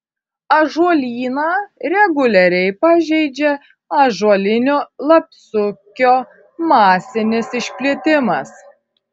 ąžuolyną reguliariai pažeidžia ąžuolinio lapsukio masinis išplitimas